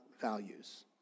values